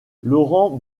laurent